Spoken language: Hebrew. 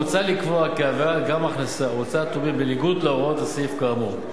מוצע לקבוע כעבירה גם הכנסת או הוצאת טובין בניגוד להוראות הסעיף האמור.